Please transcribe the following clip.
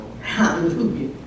Hallelujah